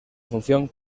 función